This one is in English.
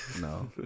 No